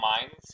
Minds